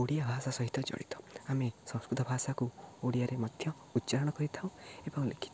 ଓଡ଼ିଆ ଭାଷା ସହିତ ଜଡ଼ିତ ଆମେ ସଂସ୍କୃତ ଭାଷାକୁ ଓଡ଼ିଆରେ ମଧ୍ୟ ଉଚ୍ଚାରଣ କରିଥାଉ ଏବଂ ଲେଖିଥାଉ